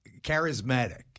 charismatic